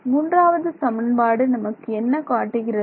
மூன்றாவது சமன்பாடு நமக்கு என்ன காட்டுகிறது